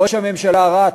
ראש הממשלה רץ,